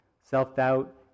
Self-doubt